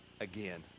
again